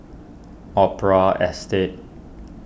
Opera Estate